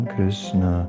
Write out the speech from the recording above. Krishna